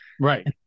right